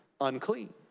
unclean